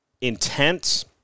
intense